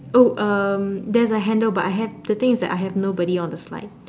oh um there's a handle but I have the thing is that I have nobody on the slide